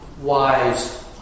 wise